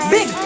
Big